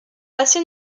assez